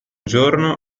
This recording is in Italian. giorno